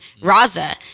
Raza